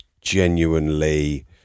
genuinely